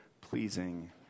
pleasing